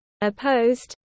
opposed